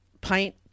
pint